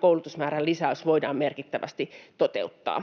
koulutusmäärän lisäys voidaan merkittävästi toteuttaa.